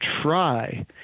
try